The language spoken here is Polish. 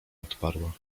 odparła